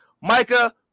Micah